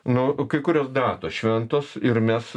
nu kai kurios datos šventos ir mes